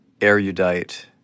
erudite